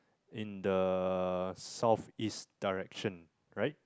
in the southeast direction right